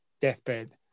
deathbed